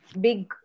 big